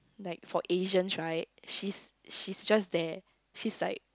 like for Asians right she's she's just there she's like